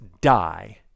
die